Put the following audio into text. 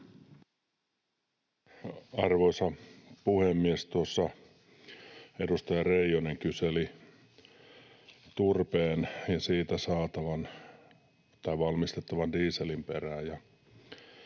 Arvoisa puhemies! Tuossa edustaja Reijonen kyseli turpeen ja siitä valmistettavan dieselin perään,